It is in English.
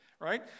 right